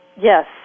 Yes